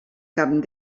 camp